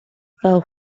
fell